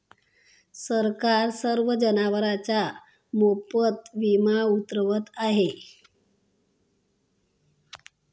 सरकार सर्व जनावरांचा मोफत विमा उतरवत आहे